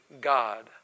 God